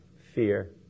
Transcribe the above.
fear